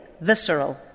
visceral